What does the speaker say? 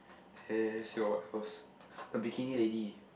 there's your what else the bikini lady